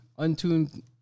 Untuned